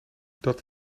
dat